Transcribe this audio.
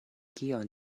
kion